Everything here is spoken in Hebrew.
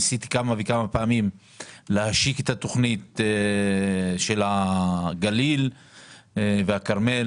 ניסיתי כמה וכמה פעמים להשיק את התכנית של הגליל והכרמל,